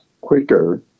quicker